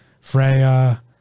Freya